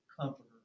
comforter